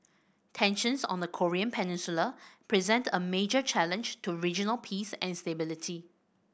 tensions on the Korean Peninsula present a major challenge to regional peace and stability